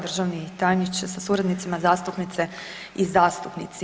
Državni tajniče sa suradnicima, zastupnice i zastupnici.